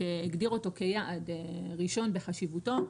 הגדיר אותו כיעד ראשון בחשיבותו,